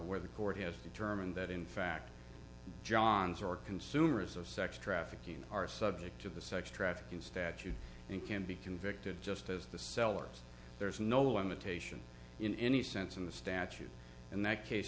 where the court has determined that in fact johns or consumers of sex trafficking are subject to the sex trafficking statute and can be convicted just as the sellers there's no limitation in any sense in the statute in that case